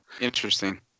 Interesting